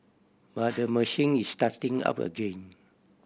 but the machine is starting up again